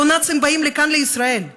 ניאו-נאצים באים לכאן לישראל,